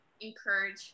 encourage